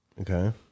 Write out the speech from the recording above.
Okay